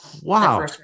Wow